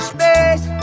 Space